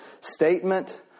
statement